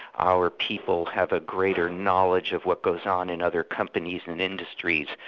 our people have a greater knowledge of what goes on in other companies, and and industries,